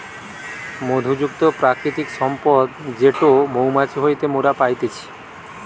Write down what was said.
মধু যুক্ত প্রাকৃতিক সম্পদ যেটো মৌমাছি হইতে মোরা পাইতেছি